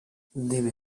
deve